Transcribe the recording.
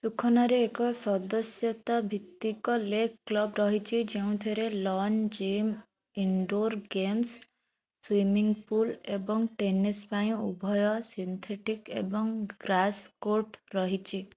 ସୁଖନାରେ ଏକ ସଦସ୍ୟତା ଭିତ୍ତିକ ଲେକ୍ କ୍ଲବ ରହିଛି ଯେଉଁଥିରେ lawn gym indoor games swimming pool ଏବଂ ଟେନିସ୍ ପାଇଁ ଉଭୟ ସିନ୍ଥେଟିକ୍ ଏବଂ ଗ୍ରାସ୍ କୋର୍ଟ ରହିଛି